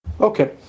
Okay